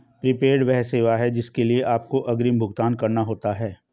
prepaid वह सेवा है जिसके लिए आपको अग्रिम भुगतान करना होता है